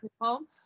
home